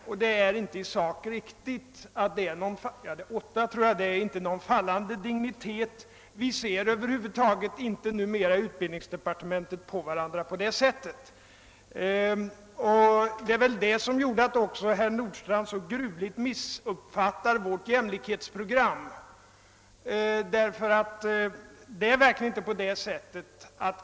Och det är inte fråga om någon fallande dignitet. Inom utbildningsdepartementet ser vi numera inte på varandra på det sättet. Detta är väl också en anledning till att herr Nordstrandh så gruvligt missuppfattat vårt jämlikhetsprogram.